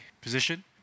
position